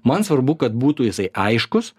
man svarbu kad būtų jisai aiškus